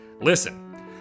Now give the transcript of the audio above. Listen